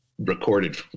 recorded